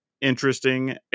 interesting